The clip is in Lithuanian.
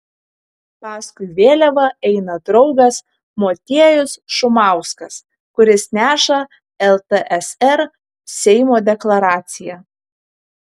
paskui vėliavą eina draugas motiejus šumauskas kuris neša ltsr seimo deklaraciją